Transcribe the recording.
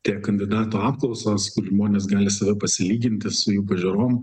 tie kandidatų apklausos žmonės gali save pasilyginti su jų pažiūrom